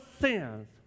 sins